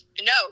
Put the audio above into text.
No